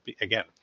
again